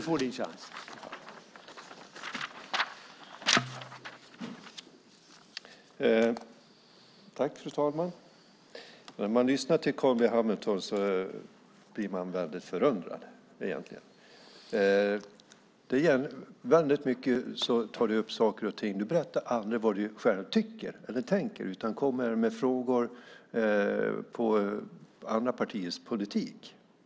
Fru talman! När man lyssnar till dig, Carl B Hamilton, blir man väldigt förundrad. Du tar väldigt ofta upp saker och ting, men du berättar aldrig vad du själv tycker och tänker utan kommer med frågor om andra partiers politik.